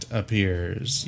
appears